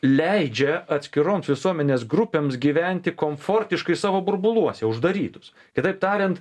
leidžia atskiroms visuomenės grupėms gyventi komfortiškai savo burbuluose uždarytus kitaip tariant